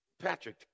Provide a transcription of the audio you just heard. Patrick